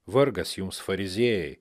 vargas jums fariziejai